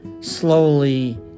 slowly